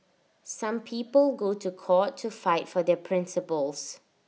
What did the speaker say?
some people go to court to fight for their principles